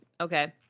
Okay